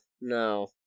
no